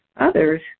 Others